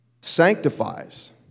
Sanctifies